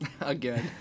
Again